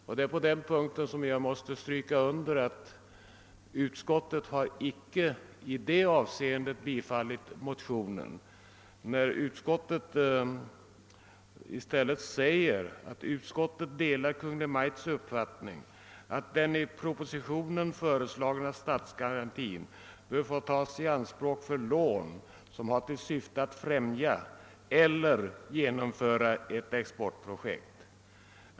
Det är på den punkten jag måste understyrka att utskottet icke har biträtt motionen, Utskottet anför i stäl Jet: >Utskottet delar Kungl. Maj:ts uppfattning att den i propositionen föreslagna statsgarantin bör få tas i anspråk för lån som char till syfte att främja eller genomföra ett exportprojekt.